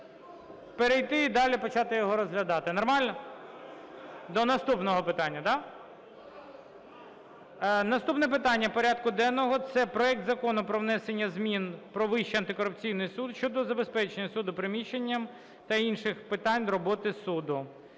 Перейти і далі почати його розглядати. Нормально? До наступного питання, да? Наступне питання порядку денного – це проект Закону про внесення змін… "Про Вищий антикорупційний суд" щодо забезпечення суду приміщенням та інших питань роботи суду